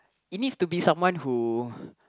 it needs to be someone who